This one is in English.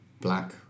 Black